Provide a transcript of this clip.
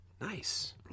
nice